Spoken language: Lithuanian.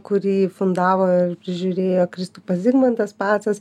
kurį fundavo ir prižiūrėjo kristupas zigmantas pacas